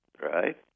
right